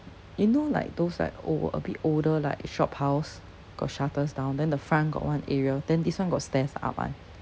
you know like those like old a bit older like shophouse got shutters down then the front got one area then this one got stairs up [one]